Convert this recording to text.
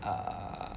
err